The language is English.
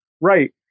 right